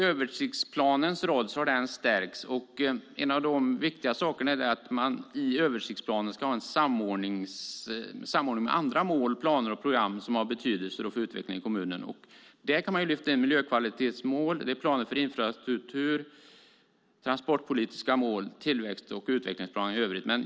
Översiktsplanens roll har stärkts, och en av de viktiga sakerna är att man i översiktsplanen ska ha samordning med andra mål, planer och program som har betydelse för utvecklingen i kommunen. Där kan man lyfta in just miljökvalitetsmål, planer för infrastruktur, transportpolitiska mål och tillväxt och utvecklingsplaner i övrigt.